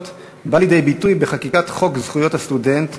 בא לידי ביטוי בחקיקת חוק זכויות הסטודנט,